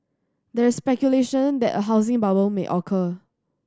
there is speculation that a housing bubble may occur